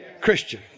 Christian